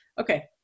okay